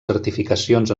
certificacions